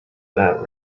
that